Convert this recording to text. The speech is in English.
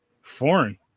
Foreign